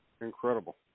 Incredible